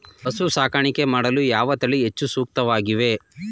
ಹಸು ಸಾಕಾಣಿಕೆ ಮಾಡಲು ಯಾವ ತಳಿ ಹೆಚ್ಚು ಸೂಕ್ತವಾಗಿವೆ?